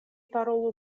parolu